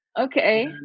Okay